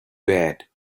bad